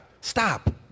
Stop